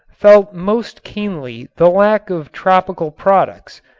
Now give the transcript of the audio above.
felt most keenly the lack of tropical products,